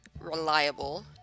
reliable